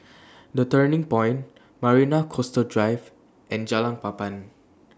The Turning Point Marina Coastal Drive and Jalan Papan